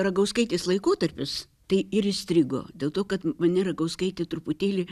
ragauskaitės laikotarpis tai ir įstrigo dėl to kad mane ragauskaitė truputėlį